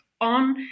on